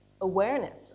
awareness